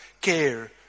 care